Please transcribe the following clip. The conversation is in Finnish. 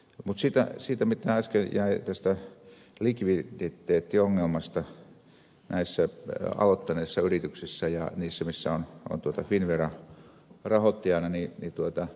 mutta siitä mikä äsken jäi kesken tästä likviditeettiongelmasta näissä aloittaneissa yrityksissä ja niissä joissa on finnvera rahoittajana